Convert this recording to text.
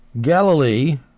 Galilee